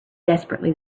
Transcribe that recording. desperately